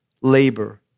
labor